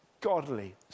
godly